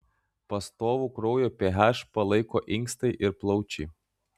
pastovų kraujo ph palaiko inkstai ir plaučiai